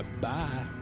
Bye